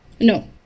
No